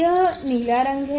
यह नीला रंग है